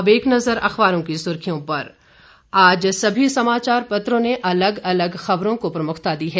अब एक नजर अखबारों की सुर्खियों पर आज सभी समाचार पत्रों ने अलग अलग खबरों को प्रमुखता दी है